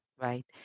right